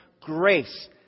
grace